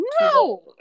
No